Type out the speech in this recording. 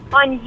on